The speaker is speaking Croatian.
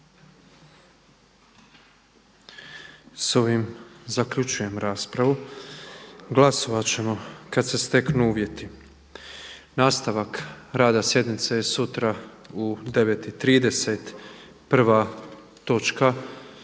S ovim zaključujem raspravu. Glasovat ćemo kada se steknu uvjeti. Nastavak rada sjednice je sutra u 9,30. prva točka